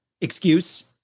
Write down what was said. excuse